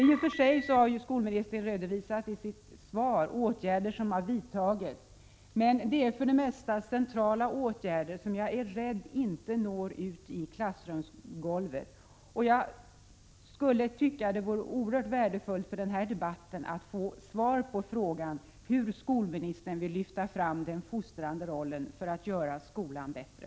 I och för sig har skolministern i sitt svar redovisat åtgärder som vidtagits, men det är för det mesta centrala åtgärder, och jag är rädd att dessa inte når till klassrumsgolvet. Det vore oerhört värdefullt för den här debatten att få svar på frågan hur skolministern vill lyfta fram den fostrande rollen för att göra skolan bättre.